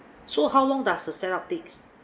so how long does the set-up takes